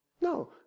No